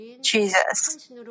Jesus